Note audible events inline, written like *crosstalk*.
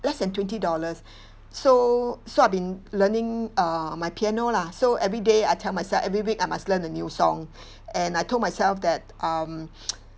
less than twenty dollars so so I've been learning uh my piano lah so everyday I tell myself every week I must learn a new song *breath* and I told myself that um *breath* *noise*